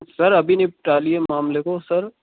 سر ابھی نپٹا لیے معاملے کو سر